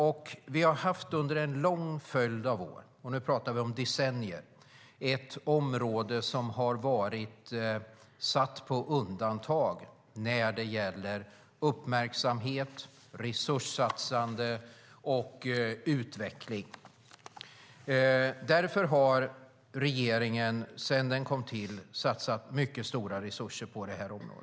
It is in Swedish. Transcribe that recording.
Och vi har under en lång följd av år - nu pratar vi om decennier - ett område som har varit satt på undantag när det gäller uppmärksamhet, resurssatsande och utveckling. Därför har regeringen, sedan den kom till, satsat mycket stora resurser på det här området.